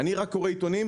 אני רק קורא עיתונים,